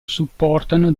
supportano